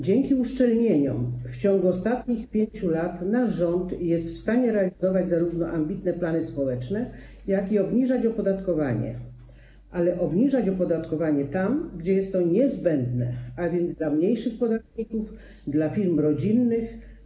Dzięki uszczelnieniom w ciągu ostatnich 5 lat nasz rząd jest w stanie realizować zarówno ambitne plany społeczne, jak i obniżać opodatkowanie, ale obniżać opodatkowanie tam, gdzie jest to niezbędne, a więc mniejszym podatnikom, firmom rodzinnym.